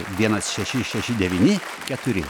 vienas šeši šeši devyni keturi